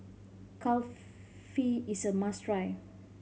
kulfi is a must try